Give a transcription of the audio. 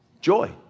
joy